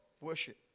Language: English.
worship